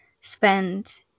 spend